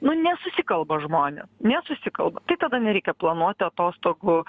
nu nesusikalba žmonės nesusikalba tai tada nereikia planuoti atostogų